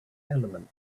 element